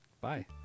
Bye